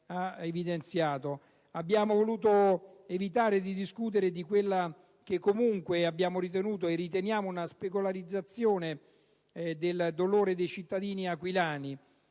Abbiamo voluto evitare di discutere di quella che comunque abbiamo ritenuto e riteniamo una spettacolarizzazione del dolore dei cittadini aquilani.